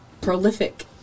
prolific